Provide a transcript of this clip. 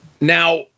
now